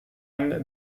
line